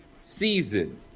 season